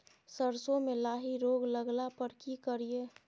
सरसो मे लाही रोग लगला पर की करिये?